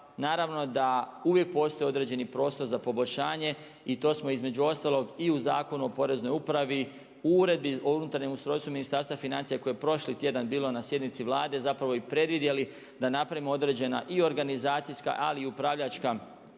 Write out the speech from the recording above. naravno da uvijek postoji određeni prostor za poboljšanje i to smo između ostalog i u Zakonu o Poreznoj upravi, u Uredbi o unutarnjem ustrojstvu Ministarstva financija koje je prošli tjedan bilo na sjednici Vlade zapravo i predvidjeli da napravimo određena i organizacijska, ali i upravljačka